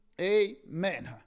Amen